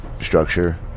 structure